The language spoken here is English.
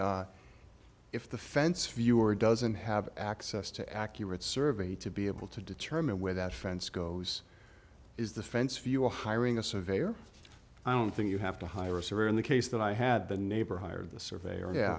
know if the fence viewer doesn't have access to accurate survey to be able to determine where that fence goes is the fence fuel hiring a surveyor i don't think you have to hire a severe in the case that i had the neighbor hire the surveyor yeah